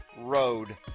road